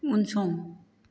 उनसं